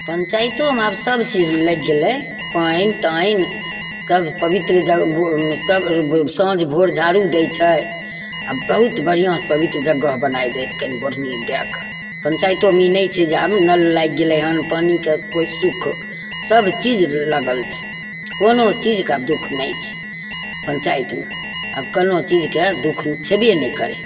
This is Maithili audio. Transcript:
पंचायतोमे आब सबचीज लागि गेलय पानि तानि सब पवित्र सब साँझ भोर झाड़ू दै छै बहुत बढ़िआँसँ पवित्र जगह बनाय देलकय बोढनी दए कऽ पंचायतोमे ई नहि छै जे आब नल लागि गेलय हन पानिके कोइ सुख सबचीज लगल छै कोनो चीजके आब दुख नहि छै पंचायतमे आब कोनो चीजके दुख छबे नहि करय